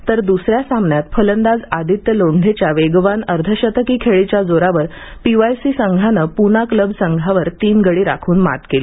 तर द्सऱ्या सामन्यात फलंदाज आदित्य लोंढेच्या वेगवान अर्धशतकी खेळीच्या जोरावर पीवायसी संघानं पूना क्लब संघावर तीन गडी राखून मात केली